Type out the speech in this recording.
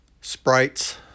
Sprites